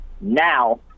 Now